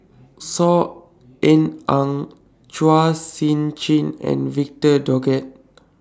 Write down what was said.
Saw Ean Ang Chua Sian Chin and Victor Doggett